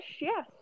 yes